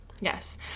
Yes